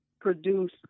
produce